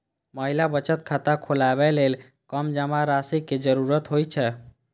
महिला बचत खाता खोलबै लेल कम जमा राशि के जरूरत होइ छै